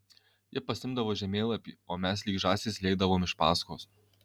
ji pasiimdavo žemėlapį o mes lyg žąsys lėkdavome iš paskos